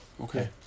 okay